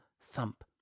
thump